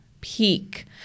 peak